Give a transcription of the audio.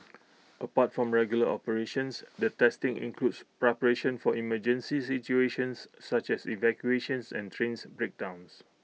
apart from regular operations the testing includes preparation for emergency situations such as evacuations and trains breakdowns